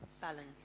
Balance